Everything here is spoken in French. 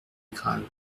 grave